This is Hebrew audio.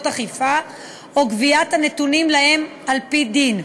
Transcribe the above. אכיפה או גבייה הנתונות להם על-פי דין".